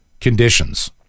conditions